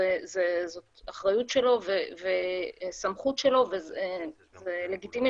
זו אחריות שלו וסמכות שלו ולגיטימי